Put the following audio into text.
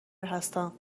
هستم